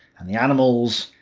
and the animals,